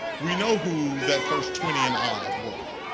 we know who that first twenty and odd were,